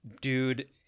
dude